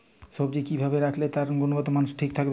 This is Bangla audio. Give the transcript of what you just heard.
সবজি কি ভাবে রাখলে তার গুনগতমান ঠিক থাকবে?